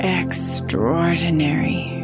extraordinary